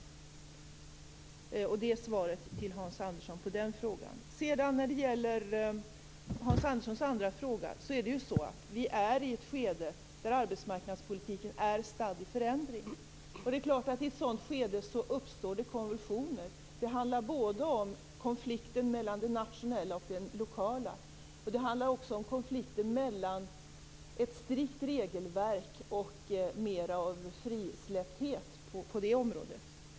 Det är mitt svar till Hans Andersson på den frågan. När det gäller Hans Anderssons andra fråga är vi i ett skede där arbetsmarknadspolitiken är stadd i förändring. I ett sådant skede är det klart att det uppstår konvulsioner. Det handlar både om konflikten mellan det nationella och det lokala och om konflikten mellan ett strikt regelverk och mer av frisläppthet på det området.